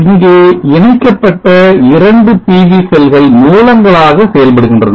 இங்கே இணைக்கப்பட்ட 2 PV செல்கள் மூலங்களாக செயல்படுகின்றன